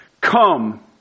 Come